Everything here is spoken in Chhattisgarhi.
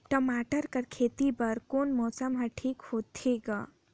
टमाटर कर खेती बर कोन मौसम हर ठीक होथे ग?